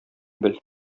бел